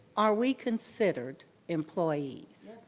are we considered employees?